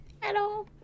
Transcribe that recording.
Hello